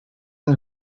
and